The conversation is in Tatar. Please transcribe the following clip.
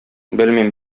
белмим